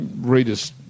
readers